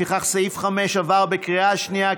לפיכך, סעיף 5, בנוסח הוועדה, עבר בקריאה שנייה.